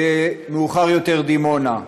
ומאוחר יותר דימונה,